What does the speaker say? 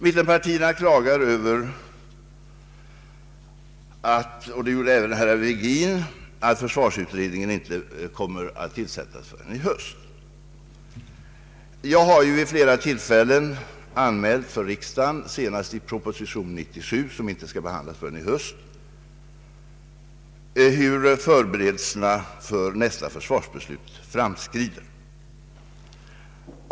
Mittenpartierna klagar över — och det gjorde även herr Virgin — att försvarsutredningen inte kommer att tillsättas förrän i höst. Jag har vid flera tillfällen och senast i proposition nr 97, som inte skall behandlas förrän i höst, anmält för riksdagen hur förberedelserna till nästa försvarsbeslut framskrider.